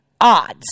odds